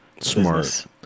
smart